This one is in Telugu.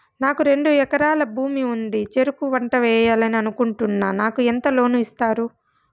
నాకు రెండు ఎకరాల భూమి ఉంది, చెరుకు పంట వేయాలని అనుకుంటున్నా, నాకు ఎంత లోను ఇస్తారు?